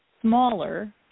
smaller